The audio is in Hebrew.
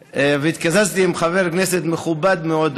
והתקזזתי עם חבר כנסת מכובד מאוד,